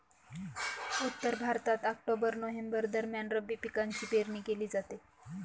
उत्तर भारतात October November दरम्यान रब्बी पिकांची पेरणी केली जाते